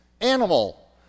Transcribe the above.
animal